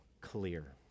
clear